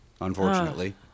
unfortunately